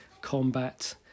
combat